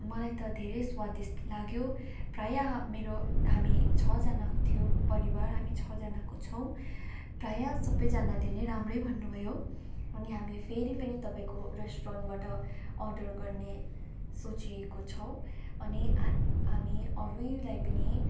मलाई त धेरै स्वादिष्ट लाग्यो प्रायः मेरो हामी हाम्रो छजनाको थियो परिवार हामी छजनाको छौँ प्रायः सबैजनाले नै राम्रै भन्नु भयो अनि हामी फेरि पनि तपाईँको रेस्टुरेन्टबाट अर्डर गर्ने सोचेको छौँ अनि हामी हामी अरूलाई पनि